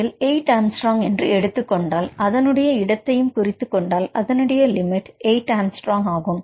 இதில் 8 A என்று எடுத்துக் கொண்டால் அதனுடைய இடத்தையும் குறித்துக்கொண்டால் அதனுடைய லிமிட் 8A ஆகும்